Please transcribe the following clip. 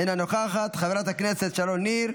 אינה נוכחת, חברת הכנסת שרון ניר,